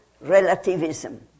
relativism